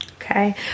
Okay